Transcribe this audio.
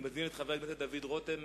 אני מזמין את חבר הכנסת דוד רותם.